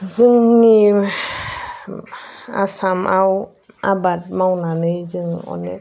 जोंनि आसामाव आबाद मावनानै जों अनेक